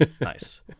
Nice